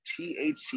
THC